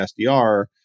SDR